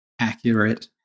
accurate